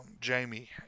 Jamie